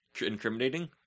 Incriminating